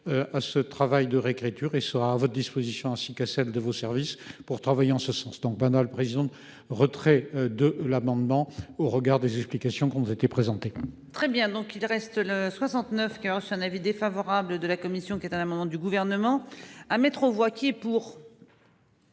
À ce travail de réécriture, il sera à votre disposition, ainsi qu'à celles de vos services pour travailler en ce sens donc banal président du retrait de l'amendement au regard des explications qu'on nous été présenté. Très bien donc il reste le 69 Corse un avis défavorable de la commission qui est un amendement du gouvernement à métro Woitier pour.